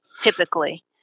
typically